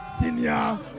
Senior